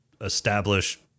establish